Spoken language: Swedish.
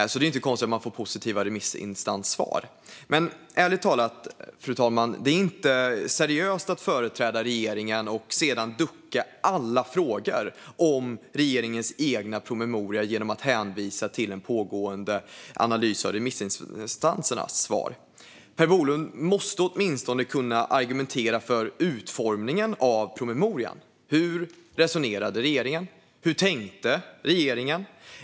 Då är det ju inte konstigt att man får positiva remissinstanssvar. Ärligt talat, fru talman, är det inte seriöst att företräda regeringen och sedan ducka för alla frågor om regeringens egna promemorior genom att hänvisa till en pågående analys av remissinstansernas svar. Per Bolund måste åtminstone kunna argumentera för utformningen av promemorian. Hur resonerade regeringen? Hur tänkte regeringen?